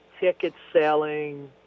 ticket-selling